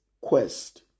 quest